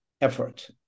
effort